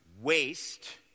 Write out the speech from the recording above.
waste